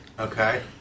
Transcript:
Okay